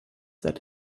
that